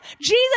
Jesus